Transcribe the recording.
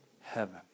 heaven